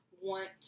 want